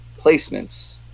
placements